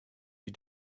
you